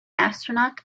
astronaut